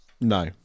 No